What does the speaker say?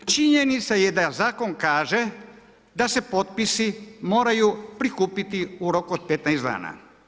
Činjenica je da zakon kaže da se potpisi moraju prikupiti u roku od 15 dana.